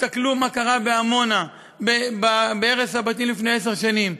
תסתכלו מה קרה בעמונה בהרס הבתים לפני עשר שנים,